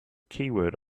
keyword